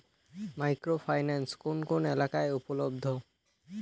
Micro finance কোন কোন এলাকায় উপলব্ধ?